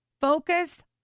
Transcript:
Focus